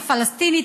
הפלסטינית,